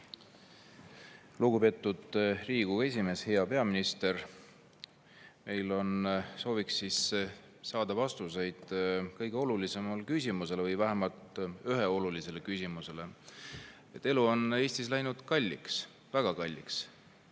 Lugupeetud Riigikogu esimees! Hea peaminister! Me sooviks saada vastused kõige olulisematele küsimustele või vähemalt ühele olulisele küsimusele. Elu on Eestis läinud kalliks, väga kalliks.